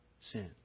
sin